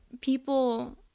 people